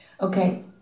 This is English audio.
Okay